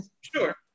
Sure